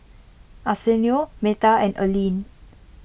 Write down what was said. Arsenio Meta and Alleen